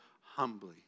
humbly